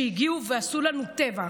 שהגיעו ועשו לנו טבח.